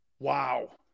Wow